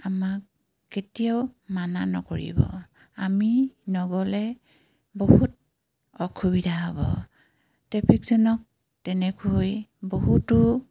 আমাক কেতিয়াও মানা নকৰিব আমি নগ'লে বহুত অসুবিধা হ'ব ট্ৰেফিকজনক তেনেকৈ বহুতো